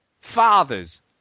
Fathers